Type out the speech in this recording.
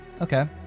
Okay